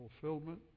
fulfillment